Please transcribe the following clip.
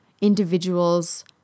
individuals